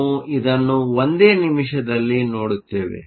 ನಾವು ಇದನ್ನು ಒಂದೇ ನಿಮಿಷದಲ್ಲಿ ನೋಡುತ್ತೇವೆ